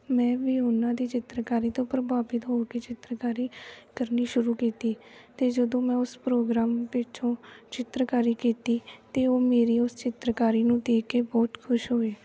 ਮੈਂ ਵੀ ਉਹਨਾਂ ਦੀ ਚਿੱਤਰਕਾਰੀ ਤੋਂ ਪ੍ਰਭਾਵਿਤ ਹੋ ਕੇ ਚਿੱਤਰਕਾਰੀ ਕਰਨੀ ਸ਼ੁਰੂ ਕੀਤੀ ਅਤੇ ਜਦੋਂ ਮੈਂ ਉਸ ਪ੍ਰੋਗਰਾਮ ਪਿੱਛੋਂ ਚਿੱਤਰਕਾਰੀ ਕੀਤੀ ਤਾਂ ਉਹ ਮੇਰੀ ਉਸ ਚਿੱਤਰਕਾਰੀ ਨੂੰ ਦੇਖ ਕੇ ਬਹੁਤ ਖੁਸ਼ ਹੋਏ